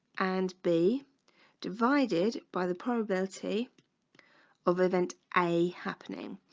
and b divided by the probability of event a happening,